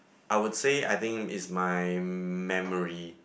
I would say I think is my memory